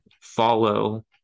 follow